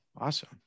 Awesome